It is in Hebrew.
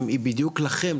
היא בדיוק לכם,